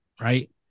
right